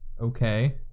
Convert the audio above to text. okay